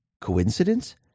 coincidence